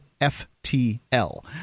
FTL